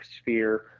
sphere